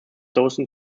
dozen